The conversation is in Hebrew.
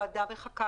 בעיה